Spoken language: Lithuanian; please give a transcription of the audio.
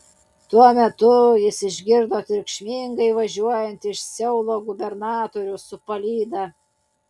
tuo metu jis išgirdo triukšmingai važiuojant iš seulo gubernatorių su palyda